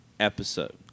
Episode